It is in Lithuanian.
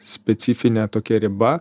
specifinė tokia riba